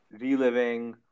Reliving